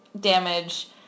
damage